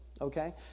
Okay